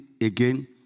again